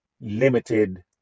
limited